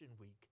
Week